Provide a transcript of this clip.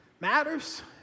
matters